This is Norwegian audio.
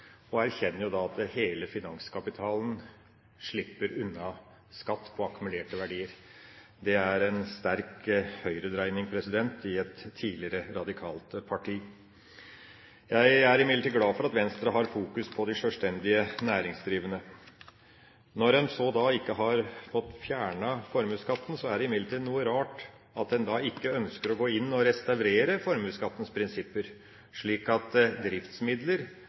og en erkjenner jo da at hele finanskapitalen slipper unna skatt på akkumulerte verdier. Det er en sterk høyredreining i et tidligere radikalt parti. Jeg er imidlertid glad for at Venstre har fokus på de sjølstendig næringsdrivende. Når en så ikke har fått fjernet formuesskatten, er det noe rart at en da ikke ønsker å gå inn og restaurere formuesskattens prinsipper, slik at driftsmidler,